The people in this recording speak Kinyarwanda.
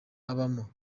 abamo